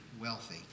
wealthy